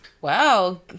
Wow